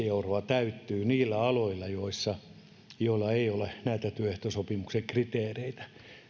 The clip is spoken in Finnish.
euroa täyttyy niillä aloilla joilla ei ole näitä työehtosopimuksen kriteereitä